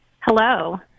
Hello